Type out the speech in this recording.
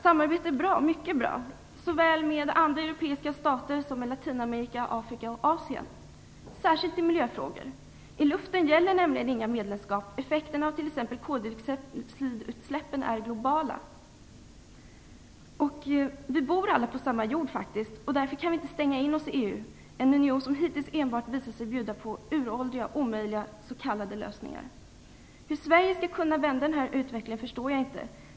Samarbete är bra, mycket bra, såväl med andra europeiska stater som med Latinamerika, Afrika och Asien, särskilt i miljöfrågor. I luften gäller nämligen inga medlemskap. Effekterna av t.ex. koldioxidutsläppen är globala. Vi bor faktiskt alla på samma jord. Därför kan vi inte stänga in oss i EU, en union som hittills enbart visat sig bjuda på uråldriga, omöjliga s.k. lösningar. Hur Sverige skall kunna vända den utvecklingen förstår jag inte.